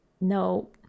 No